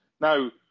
Now